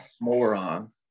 moron